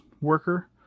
worker